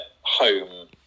home